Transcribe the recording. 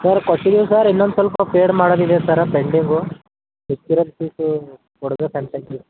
sir ಕೊಟ್ಟಿದಿವಿ sir ಇನ್ನೊಂದು ಸ್ವಲ್ಪ ಪೇಡ್ ಮಾಡೋದು ಇದೆ ಸರ್ ಪೆಂಡಿಂಗು ಮಿಕ್ಕಿರೋ ಫೀಸೂ ಕೊಡ್ಬೇಕು ಅಂತೈತೆ